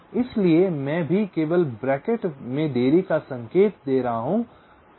इसलिए मैं भी केवल ब्रैकेट में देरी का संकेत दे रहा हूं